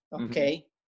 okay